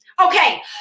Okay